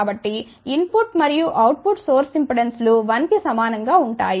కాబట్టి input మరియు output source ఇంపెడెన్సులు 1 కి సమానం గా ఉంటాయి